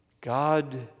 God